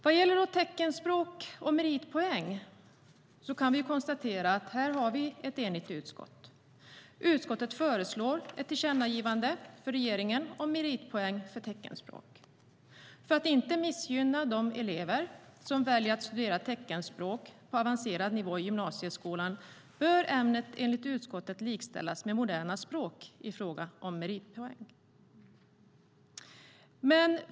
Vad gäller teckenspråk och meritpoäng kan vi konstatera att vi har ett enigt utskott. Utskottet föreslår ett tillkännagivande till regeringen om meritpoäng för teckenspråk. För att inte missgynna de elever som väljer att studera teckenspråk på avancerad nivå i gymnasieskolan bör ämnet enligt utskottet likställas med moderna språk i fråga om meritpoäng.